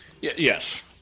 Yes